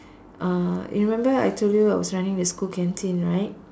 uh remember I told you I was running the school canteen right